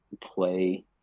play